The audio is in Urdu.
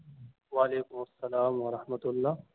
وعلیکم السلام ورحمۃ اللہ